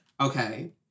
Okay